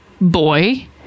boy